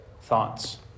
thoughts